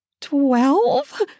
Twelve